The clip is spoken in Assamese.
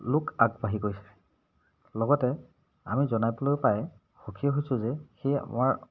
লোক আগবাঢ়ি গৈছে লগতে আমি জনাবলৈ পাই সুখী হৈছোঁ যে সেই আমাৰ